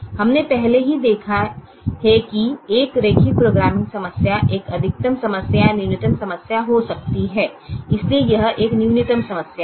हमने पहले ही देखा है कि एक रैखिक प्रोग्रामिंग समस्या एक अधिकतम समस्या या न्यूनतम समस्या हो सकती है इसलिए यह एक न्यूनतम समस्या है